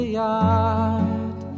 yard